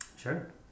Sure